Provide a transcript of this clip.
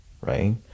right